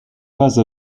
vase